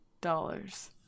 Dollars